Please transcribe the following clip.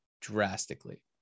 drastically